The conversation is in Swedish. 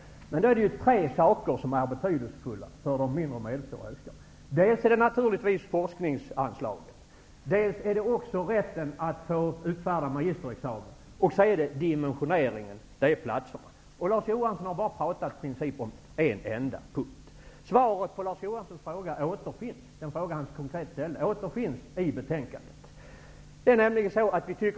Det finns tre saker som är betydelsefulla för de mindre och medelstora högskolorna. Dels gäller det naturligtvis forskningsanslagen, dels gäller det rätten att få utfärda magisterexamen, dels gäller det dimensioneringen av antalet platser. Larz Johansson har i princip bara talat om en enda punkt. Svaret på Larz Johanssons konkret ställda fråga återfinns i betänkandet.